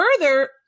further